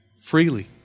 freely